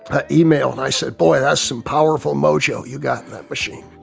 an email and i said, boy, that's some powerful mojo you've got in that machine.